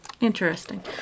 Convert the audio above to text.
Interesting